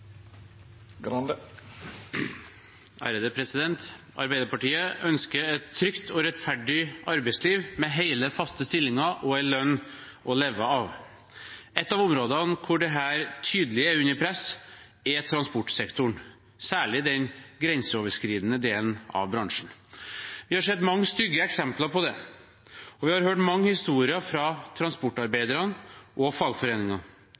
Arbeiderpartiet ønsker et trygt og rettferdig arbeidsliv, med hele, faste stillinger og en lønn å leve av. Et av områdene der dette tydelig er under press, er transportsektoren, særlig den grenseoverskridende delen av bransjen. Vi har sett mange stygge eksempler på det, og vi har hørt mange historier fra transportarbeidere og